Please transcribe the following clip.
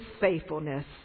faithfulness